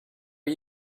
are